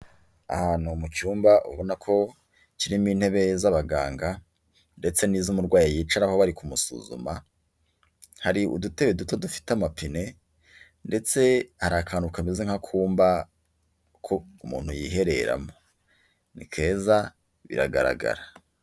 Ahantu mu cyumba ubona ko kirimo intebe z'abaganga ndetse n'iz'umurwayi yicaraho bari kumusuzuma, hari udutebe duto dufite amapine, ndetse hari akantu kameze nk'akumba umuntu yihereramo. Ni keza biragaragara.